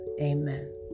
amen